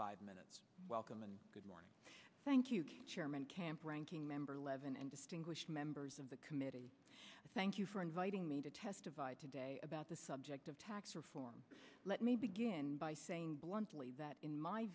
five minutes welcome and good morning thank you chairman camp ranking member levin and distinguished members of the committee thank you for inviting me to testify today about the subject of tack let me begin by saying bluntly that in my